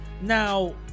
Now